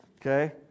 okay